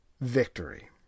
victory